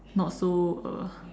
not so uh